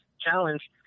challenge